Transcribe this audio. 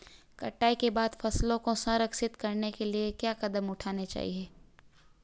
कटाई के बाद फसलों को संरक्षित करने के लिए क्या कदम उठाने चाहिए?